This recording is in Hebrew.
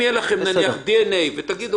אנחנו מתחילים לפתוח כאן דברים שיכולים